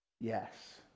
Yes